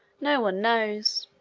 no one knows.